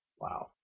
Wow